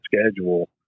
schedule